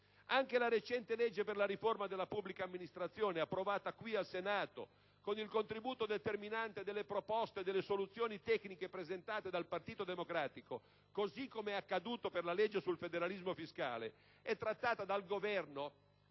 Anche la recente legge per la riforma della pubblica amministrazione - approvata qui al Senato col contributo determinante delle proposte e delle soluzioni tecniche presentate dal Partito Democratico, così come è accaduto per la legge sul federalismo fiscale - è trattata dal Governo,